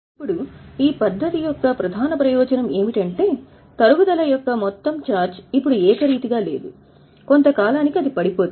ఇప్పుడు ఈ పద్ధతి యొక్క ప్రధాన ప్రయోజనం ఏమిటంటే తరుగుదల యొక్క మొత్తం ఛార్జ్ ఇప్పుడు ఏకరీతిగా లేదు కొంత కాలానికి అది పడిపోతుంది